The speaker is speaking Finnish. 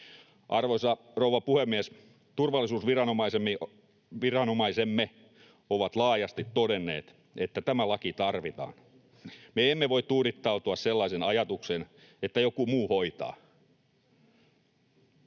Arvoisa rouva puhemies! Turvallisuusviranomaisemme ovat laajasti todenneet, että tämä laki tarvitaan. Me emme voi tuudittautua sellaiseen ajatukseen, että joku muu hoitaa.